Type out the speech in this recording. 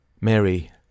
Mary